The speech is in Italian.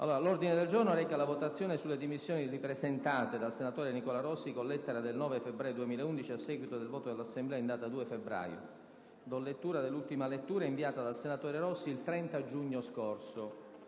L'ordine del giorno reca la votazione sulle dimissioni ripresentate dal senatore Nicola Rossi con lettera del 9 febbraio 2011 a seguito del voto dell'Assemblea in data 2 febbraio. Do lettura dell'ultima lettera inviata dal senatore Rossi il 30 giugno scorso: